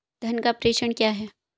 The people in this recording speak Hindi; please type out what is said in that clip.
धन का प्रेषण क्या है?